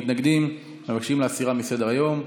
המתנגדים מבקשים להסירה מסדר-היום.